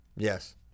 Yes